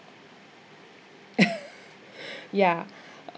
ya